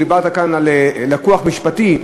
דיברת כאן על לקוח משפטי,